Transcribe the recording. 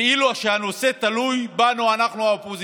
כאילו הנושא תלוי בנו, אנחנו, האופוזיציה.